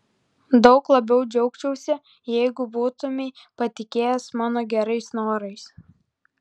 daug labiau džiaugčiausi jeigu būtumei patikėjęs mano gerais norais